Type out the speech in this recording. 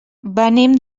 venim